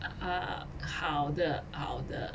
uh 好的好的